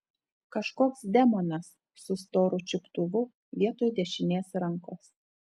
kažkoks demonas su storu čiuptuvu vietoj dešinės rankos